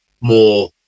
more